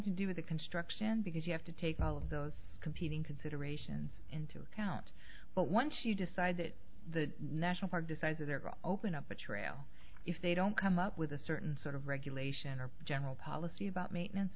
to do with the construction because you have to take all of those competing considerations into account but once you decide that the national park decides they're open up a trail if they don't come up with a certain sort of regulation or general policy about maintenance